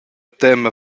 tema